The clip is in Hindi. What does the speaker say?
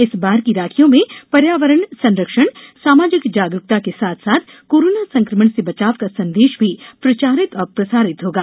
इस बार की राखियों में पर्यावरण संरक्षण सामाजिक जागरूकता के साथ साथ कोरोना संक्रमण से बचाव का संदेश भी प्रचारित और प्रसारित होगा